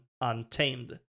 Untamed